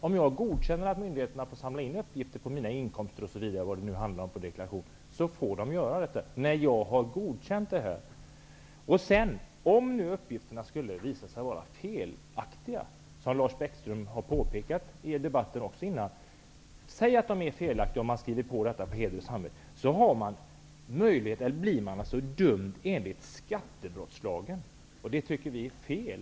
Om jag godkänner att myndigheterna får samla in uppgifter för deklarationen om mina inkomster osv., då är det okej, men enbart när jag har godkänt det. Uppgifterna kan visa sig vara felaktiga, som Lars Bäckström påpekade i debatten tidigare. Om man då skriver på deklarationen på heder och samvete, kan man bli dömd enligt skattebrottslagen. Det tycker vi är fel.